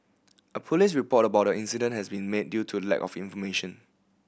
a police report about the incident has been made due to lack of information